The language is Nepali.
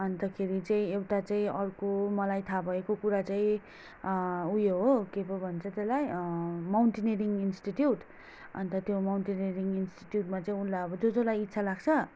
अन्तखेरि चाहिँ एउटा चाहिँ अर्को मलाई थाहा भएको कुरा चाहिँ उयो हो के पो भन्छ त्यसलाई माउन्टेनरिङ इन्स्टिट्युट अन्त त्यो माउन्टेनरिङ इन्स्टिट्युटमा चाहिँ उनलाई अब जो जोलाई इच्छा लाग्छ